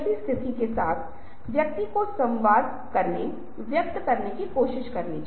तो यह आज दृश्य संस्कृति का एक और आयाम है कि दृश्य निष्क्रिय नहीं है जैसा कि यह 1980 या 90 के दशक में था